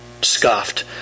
scoffed